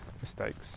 mistakes